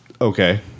okay